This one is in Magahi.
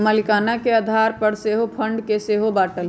मलीकाना के आधार पर सेहो फंड के सेहो बाटल